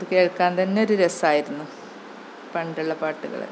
കേള്ക്കാന് തന്നെ ഒരു രസമായിരുന്നു പണ്ടുള്ള പാട്ടുകള്